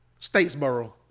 Statesboro